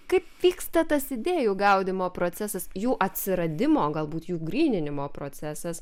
kaip vyksta tas idėjų gaudymo procesas jų atsiradimo galbūt jų gryninimo procesas